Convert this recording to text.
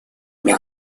ими